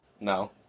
No